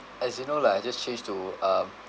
as you know lah I just change to um